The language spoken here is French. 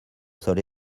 sol